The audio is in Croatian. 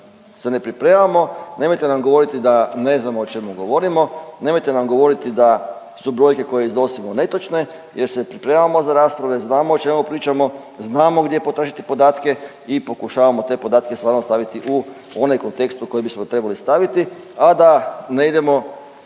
se ne pripremamo, nemojte nam govoriti da ne znamo o čemu govorimo, nemojte nam govoriti da su brojke koje iznosimo netočne jer se pripremamo za raspravu, jer znamo o čemu pričamo, znamo gdje potražiti podatke i pokušavamo te podatke stvarno staviti u onaj kontekst u koji bismo trebali staviti, a da ne idemo